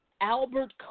Albert